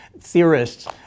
theorists